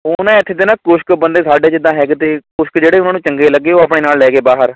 ਉਹ ਨਾ ਇੱਥੇ ਦੇ ਨਾ ਕੁਛ ਕੁ ਬੰਦੇ ਸਾਡੇ ਜਿੱਦਾਂ ਹੈਗੇ ਤੇ ਕੁਛ ਕੁ ਜਿਹੜੇ ਉਹਨਾਂ ਨੂੰ ਚੰਗੇ ਲੱਗੇ ਉਹ ਆਪਣੇ ਨਾਲ ਲੈ ਗਏ ਬਾਹਰ